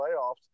playoffs